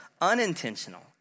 Unintentional